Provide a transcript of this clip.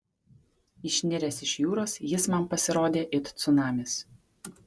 išniręs iš jūros jis man pasirodė it cunamis